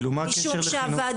מה הקשר לחינוך?